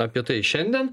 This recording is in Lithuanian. apie tai šiandien